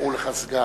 וקראו לך סגן.